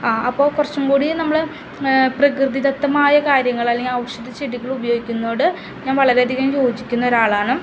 അപ്പോൾ കുറച്ചും കൂടി നമ്മൾ പ്രകൃതിദത്തമായ കാര്യങ്ങളല്ലെങ്കിൽ ഔഷധച്ചെടികളുപയോഗിക്കുന്നോട് ഞാൻ വളരെയധികം യോജിക്കുന്നൊരാളാണ്